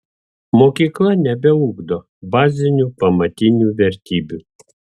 mokykla nebeugdo bazinių pamatinių vertybių